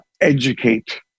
educate